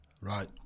Right